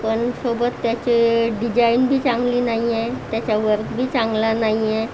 पण सोबत त्याचे डिजाईन बी चांगली नाही आहे त्याचा वर्क बी चांगला नाही आहे